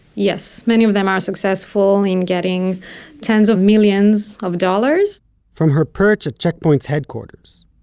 yes, many of them are successful in getting tens of millions of dollars from her perch at check point's headquarters,